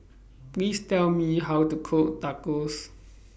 Please Tell Me How to Cook Tacos